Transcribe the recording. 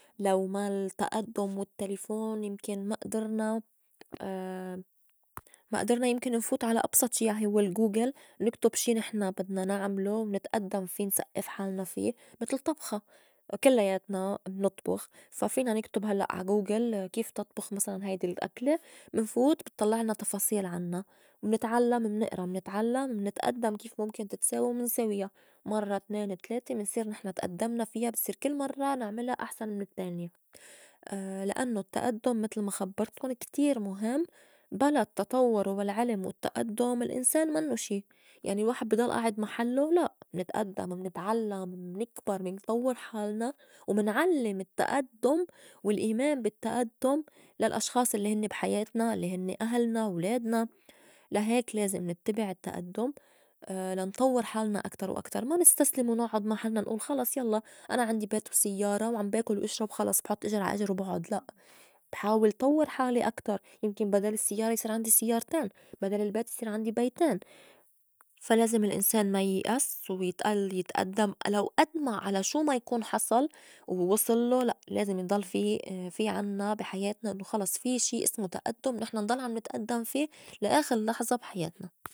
لو ما التئدّم والتّلفون يمكن ما- أدرنا- ما أدرنا يمكن نفوت على أبسط هوّ الغوغل نكتُب شي نحن بدنا نعملو ونتئدّم في نسئّف حالنا في. متل طبخة كلّياتنا منطبُخ فا فينا نكتُب هلّأ عا غوغل كيف تطبخ مسلاً هيدي الأكلة منفوت بتطلعلنا تفاصيل عنّا، منتعلّم، منئرأ، منتعلّم، منتئدّم كيف مُمكن تتساوى منساويا، مرّة تنين تلاتة منصير نحن تئدّمنا فيا بيصير كل مرّة نعملا أحسن من التّانية. لأنّو التئدُّم متل ما خبّرتكُن كتير مُهم بلا التطوّر والعلم والتئدُّم الإنسان منّو شي. يعني الواحد بي ضل آعد محلّو؟ لأ منتأدّم، منتعلّم، منكبر، منطوّر حالنا ، ومنعلّم التئدُّم والأيمان بالتئدُّم للأشخاص الّي هنّي بي حياتنا الّي هنّي أهلنا و ولادنا. لا هيك لازم نتّبع التئدُّم لا نطوّر حالنا أكتر وأكتر. ما نستسلم ونعُد محلنا نئول خلص يلّا أنا عندي بيت وسيّارة وعم باكُل وأشرب خلص بحُط إجر عا إجر وبعُد لأ، بحاول طوّر حالي أكتر يمكن بدال السيّارة يصير عندي سيّارتين، بدل البيت يصير عندي بيتين. فا لازم الإنسان ما ييأس ويتئل يتئدّم لو أد ما على شو ما يكون حصل و وصلّو لأ لازم يضل في- في عنّا بي حياتنا إنّو خلص في شي إسمو تئدُّم نحن نضل عم نتأدّم في لآخر لحظة بحياتنا.